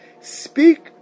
speak